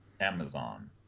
Amazon